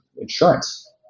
insurance